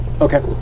Okay